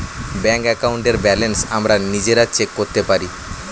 bank অ্যাকাউন্টের balance আমরা নিজেরা চেক করতে পারি